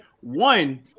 One